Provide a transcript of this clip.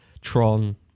Tron